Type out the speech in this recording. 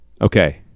okay